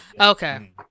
Okay